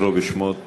לקרוא בשמות